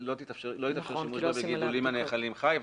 לא יתאפשר שימוש בגידולים הנאכלים חי.